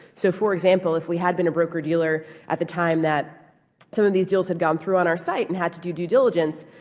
so, for example, if we had been a broker dealer at the time that some of these deals had gone through on our site and had to do due diligence,